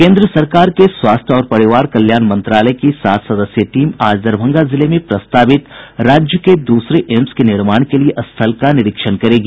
केंद्र सरकार के स्वास्थ्य और परिवार कल्याण मंत्रालय की सात सदस्यीय टीम आज दरभंगा जिले में प्रस्तावित राज्य के दूसरे एम्स के निर्माण के लिए स्थल का निरीक्षण करेगी